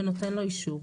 ונותן לו אישור.